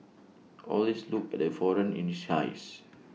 always look at the foreigner in his eyes